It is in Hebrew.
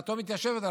דעתו מתיישבת,